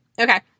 Okay